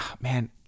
Man